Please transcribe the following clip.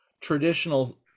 traditional